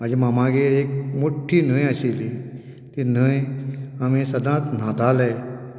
म्हज्या मामागेर एक मोठी न्हंय आशिल्ली ती न्हंय आमी सदांच न्हाताले